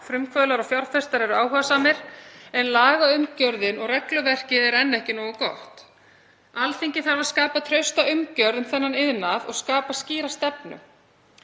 Frumkvöðlar og fjárfestar eru áhugasamir en lagaumgjörðin og regluverkið er enn ekki nógu gott. Alþingi þarf að skapa trausta umgjörð um þennan iðnað og skapa skýra stefnu.